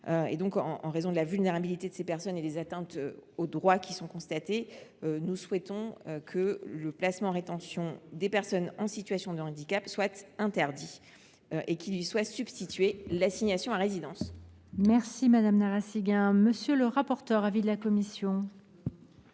En raison de la vulnérabilité de ces personnes et des atteintes aux droits qui sont constatées, nous souhaitons que le placement en rétention des personnes en situation de handicap soit interdit, et que lui soit substituée l’assignation à résidence. Quel est l’avis de la commission